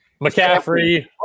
McCaffrey